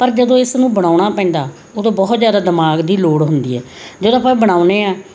ਪਰ ਜਦੋਂ ਇਸ ਨੂੰ ਬਣਾਉਣਾ ਪੈਂਦਾ ਉਦੋਂ ਬਹੁਤ ਜ਼ਿਆਦਾ ਦਿਮਾਗ ਦੀ ਲੋੜ ਹੁੰਦੀ ਹੈ ਜਦੋਂ ਆਪਾਂ ਬਣਾਉਂਦੇ ਹਾਂ